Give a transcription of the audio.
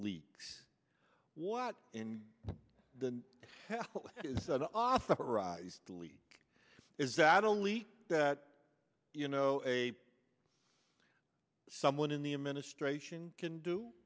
leak what in the hell is that authorized the leak is that only that you know a someone in the administration can do